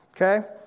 okay